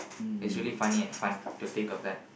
it's really funny and fun to think of that